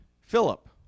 Philip